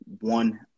one